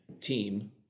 team